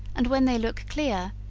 and when they look clear,